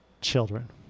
children